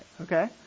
okay